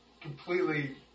completely